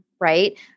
right